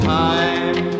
time